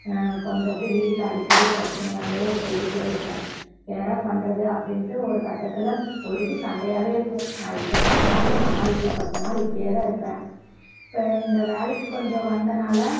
கொஞ்சம் அப்டேயே வீட்டில் அடிக்கடி பிரச்சனையாகவே போயிக்கிட்டே இருக்கும் என்னடா பண்ணுறது அப்படின்ட்டு ஒரு கட்டத்தில் பொழுதுக்கும் சண்டையாகவே இருக்கும் நான் இங்கே பத்து நாள் எங்கள் அம்மா வீட்டில் பத்து நாள் இப்படியேதான் இருப்பேன் இப்போ இந்த வேலைக்கு கொஞ்சம் வந்தனால்